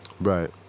right